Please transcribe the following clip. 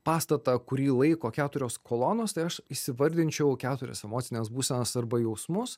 pastatą kurį laiko keturios kolonos tai aš įsivardinčiau keturias emocines būsenas arba jausmus